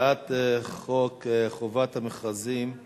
הצעת חוק חובת המכרזים (תיקון,